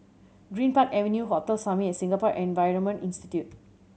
Greenpark Avenue Hotel Summit and Singapore Environment Institute